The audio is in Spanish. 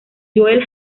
joel